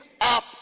up